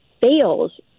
fails